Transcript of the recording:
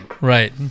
Right